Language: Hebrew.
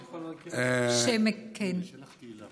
היא יכולה להקריא,